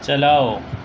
چلاؤ